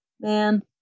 Man